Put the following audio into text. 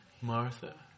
Martha